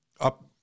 up